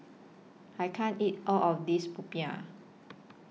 I can't eat All of This Popiah